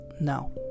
no